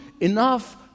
enough